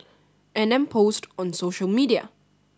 and then post on social media